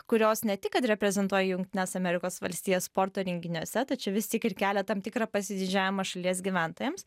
kurios ne tik kad reprezentuoja jungtines amerikos valstijas sporto renginiuose tačiau vis tik ir kelia tam tikrą pasididžiavimą šalies gyventojams